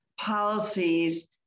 policies